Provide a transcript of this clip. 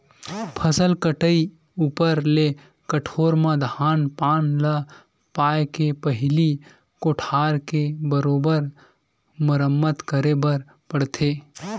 फसल कटई ऊपर ले कठोर म धान पान ल लाए के पहिली कोठार के बरोबर मरम्मत करे बर पड़थे